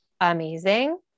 amazing